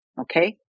Okay